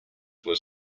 was